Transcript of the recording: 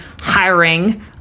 hiring